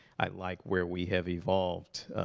i like where we have evolved.